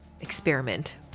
experiment